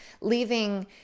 leaving